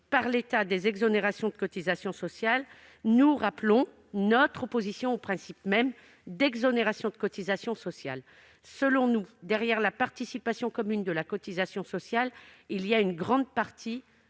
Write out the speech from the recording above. compensation des exonérations de cotisations sociales par l'État, nous rappelons notre opposition au principe même d'exonérations de cotisations sociales. Pour nous, derrière la participation commune de la cotisation sociale, il y a une grande partie